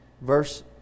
Verse